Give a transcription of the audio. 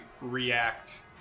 react